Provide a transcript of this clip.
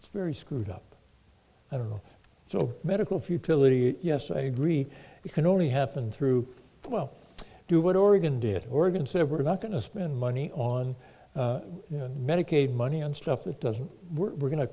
a very screwed up i don't know so medical futility yes i agree it can only happen through well do what oregon did oregon said we're not going to spend money on medicaid money on stuff that doesn't work we're going to